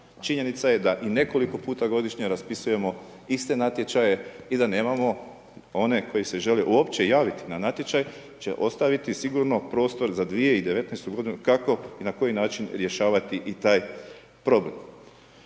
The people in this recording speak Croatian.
Činjenica je da i nekoliko puta godišnje raspisujemo iste natječaje i da nemamo one koji se žele uopće javiti na natječaj će ostaviti sigurno prostor za 2019. godinu kako i na koji način rješavati i taj problem.